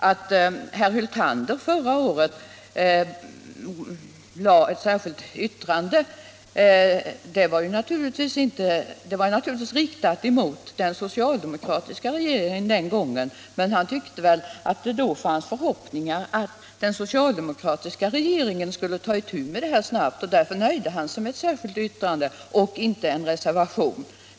Att herr Hyltander förra året avgav ett särskilt yttrande var naturligtvis riktat mot den socialdemokratiska regeringen. Han tyckte väl att det fanns förhoppningar om att den socialdemokratiska regeringen snabbt skulle ta itu med denna fråga, och därför nöjde han sig med ett särskilt yttrande i stället för en reservation.